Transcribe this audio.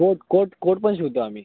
coat coat coat पण शिवते आम्ही